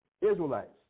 Israelites